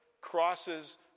crosses